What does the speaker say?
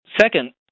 Second